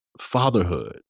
Fatherhood